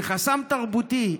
זה חסם תרבותי.